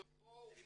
בואו,